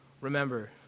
Remember